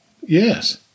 Yes